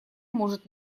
может